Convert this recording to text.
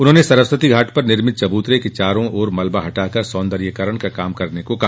उन्होंने सरस्वती घाट पर निर्मित चबूतरे के चारों ओर मलबा हटाकर सौंदर्यीकरण का काम करने को कहा